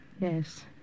Yes